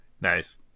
Nice